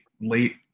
late